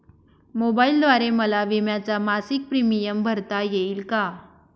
मोबाईलद्वारे मला विम्याचा मासिक प्रीमियम भरता येईल का?